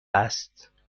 است